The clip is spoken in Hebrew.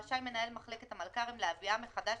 רשאי מנהל מחלקת המלכ"רים להביאה מחדש